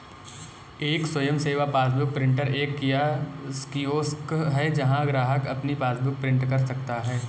एक स्वयं सेवा पासबुक प्रिंटर एक कियोस्क है जहां ग्राहक अपनी पासबुक प्रिंट कर सकता है